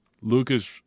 Lucas